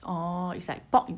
orh it's like pork